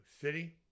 city